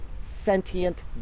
sentient